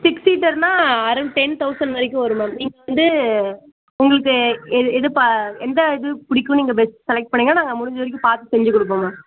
six சீட்டர்னால் around ten thousand வரைக்கும் வரும் மேம் நீங்கள் வந்து உங்களுக்கு எ எது ப எந்த இது பிடிக்கும் நீங்கள் பெஸ்ட்டு செலக்ட் பண்ணிங்கன்னால் நாங்கள் முடிஞ்சவரைக்கும் பார்த்து செஞ்சுக் கொடுப்போம் மேம்